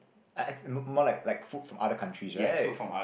look more like like food from other countries right